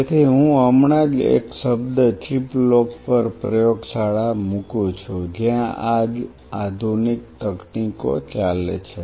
તેથી હું હમણાં જ એક શબ્દ ચિપ લોક પર પ્રયોગશાળા મુકુ છું જ્યાં આ જ આધુનિક તકનીકો ચાલે છે